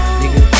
nigga